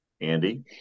Andy